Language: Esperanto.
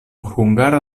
hungara